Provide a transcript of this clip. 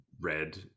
red